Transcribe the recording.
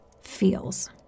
feels